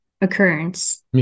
occurrence